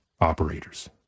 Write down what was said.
operators